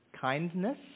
Kindness